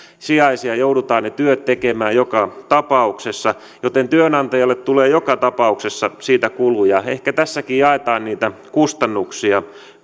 sijaisia joudutaan ne työt tekemään joka tapauksessa joten työantajalle tulee joka tapauksessa siitä kuluja ehkä tässäkin jaetaan niitä kustannuksia